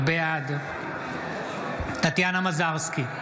בעד טטיאנה מזרסקי,